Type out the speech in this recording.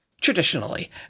traditionally